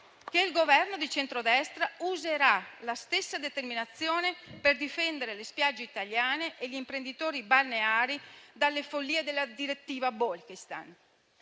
che il Governo di centrodestra userà la stessa determinazione per difendere le spiagge italiane e gli imprenditori balneari dalle follie della direttiva Bolkestein.